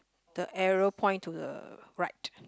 the arrow point to the right